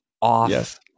off